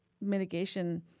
mitigation